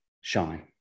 shine